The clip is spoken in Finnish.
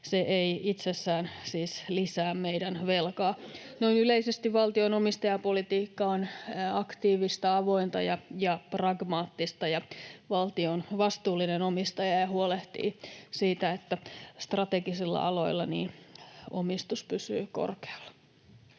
Se ei itsessään siis lisää meidän velkaa. Noin yleisesti valtion omistajapolitiikka on aktiivista, avointa ja pragmaattista, ja valtio on vastuullinen omistaja ja huolehtii siitä, että strategisilla aloilla omistus pysyy korkealla.